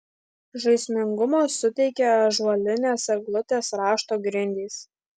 žaismingumo suteikia ąžuolinės eglutės rašto grindys